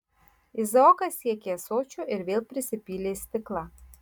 izaokas siekė ąsočio ir vėl prisipylė stiklą